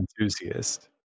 enthusiast